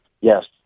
yes